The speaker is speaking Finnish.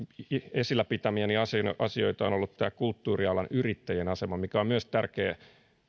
esillä pitämiäni asioita asioita on ollut kulttuurialan yrittäjien asema mikä on myös tärkeä